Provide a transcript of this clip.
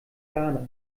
ghana